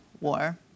war